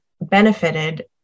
benefited